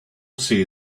say